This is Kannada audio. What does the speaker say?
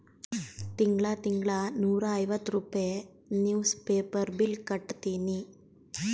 ತಿಂಗಳಾ ತಿಂಗಳಾ ನೂರಾ ಐವತ್ತ ರೂಪೆ ನಿವ್ಸ್ ಪೇಪರ್ ಬಿಲ್ ಕಟ್ಟತ್ತಿನಿ